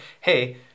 hey